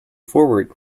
forward